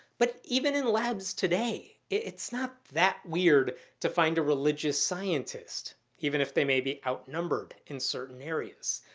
but even in labs today. it's not that weird to find a religious scientist even if they may be outnumbered in certain areas.